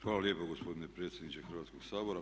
Hvala lijepo gospodine predsjedniče Hrvatskog sabora.